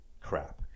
crap